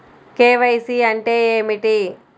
KYC అంటే ఏమిటి?